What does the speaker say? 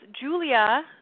Julia